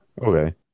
Okay